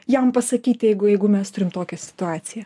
jam pasakyti jeigu jeigu mes turim tokią situaciją